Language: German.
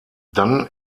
dann